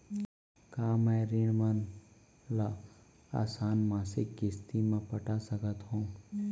का मैं ऋण मन ल आसान मासिक किस्ती म पटा सकत हो?